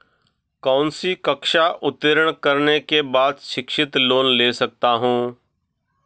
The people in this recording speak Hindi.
कौनसी कक्षा उत्तीर्ण करने के बाद शिक्षित लोंन ले सकता हूं?